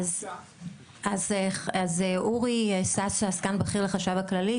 אז אורי שאשא עסקן בכיר לחשב הכללי,